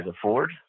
afford